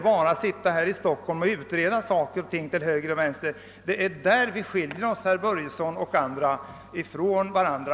Det är där som herr Börjesson i Glömminge och jag skiljer oss från varandra.